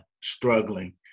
struggling